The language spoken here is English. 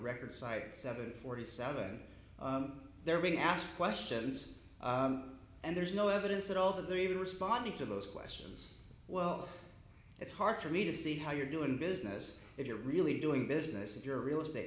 record site seven forty seven they're being asked questions and there's no evidence at all that they're even responding to those questions well it's hard for me to see how you're doing business if you're really doing business with your real estate